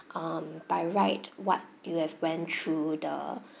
um by right what you have went through the